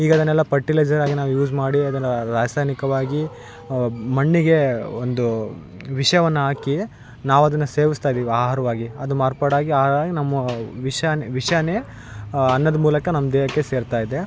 ಈಗ ಅದನೆಲ್ಲ ಪರ್ಟಿಲೈಸರ್ ಅದನ್ನ ಯೂಸ್ ಮಾಡಿ ಅದನ ರಾಸಾಯ್ನಿಕವಾಗಿ ಮಣ್ಣಿಗೆ ಒಂದು ವಿಷವನ್ನ ಆಕಿ ನಾವು ಅದನ್ನ ಸೇವುಸ್ತಾಯಿದೀವಿ ಆಹಾರ್ವಾಗಿ ಅದು ಮಾರ್ಪಾಡಾಗಿ ಆಗಾಗ ನಮ್ಮ ವಿಷಾನ್ ವಿಷಾನೇ ಅನ್ನದ್ರ ಮೂಲಕ ನಮ್ಮ ದೇಹಕ್ಕೆ ಸೇರ್ತಾಯಿದೆ